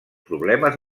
problemes